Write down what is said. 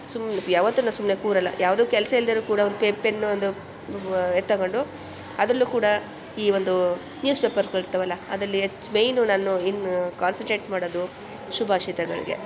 ಸುಮ್ನೆ ಯಾವತ್ತೂ ನಾನು ಸುಮ್ಮನೆ ಕೂರೋಲ್ಲ ಯಾವುದು ಕೆಲಸ ಇಲ್ಲದೇ ಇದ್ದರು ಕೂಡ ಒಂದು ಪೆನ್ನು ಒಂದು ಇದು ತಗೊಂಡು ಅದರಲ್ಲೂ ಕೂಡ ಈ ಒಂದು ನ್ಯೂಸ್ ಪೇಪರ್ಗಳಿರ್ತಾವಲ್ಲ ಅದರಲ್ಲಿ ಮೇನು ನಾನು ಏನು ಕಾನ್ಸಂಟ್ರೇಟ್ ಮಾಡೋದು ಶುಭಾಷಿತಗಳಿಗೆ